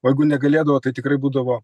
o jeigu negalėdavo tai tikrai būdavo